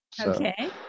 Okay